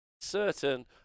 certain